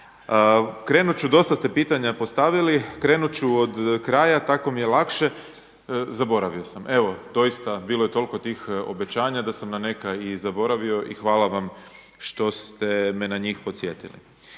Krenut ću, dosta ste pitanja postavili, krenut ću od kraja tako mi je lakše. Zaboravio sam evo doista bilo je toliko tih obećanja da sam na neka i zaboravio i hvala vam što ste me na njih podsjetili.